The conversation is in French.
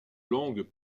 longues